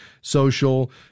social